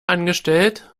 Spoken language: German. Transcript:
angestellt